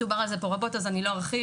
דובר על זה פה רבות אז אני לא ארחיב,